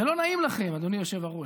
זה לא נעים לכם, אדוני היושב-ראש.